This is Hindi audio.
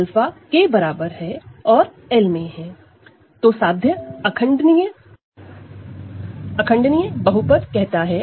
तो प्रोपोज़िशन इररेडूसिबल पॉलीनॉमिनल कहता है